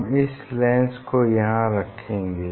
हम इस लेंस को यहाँ रखेंगे